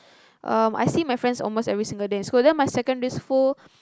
um I see my friends almost every single day in school then my secondary school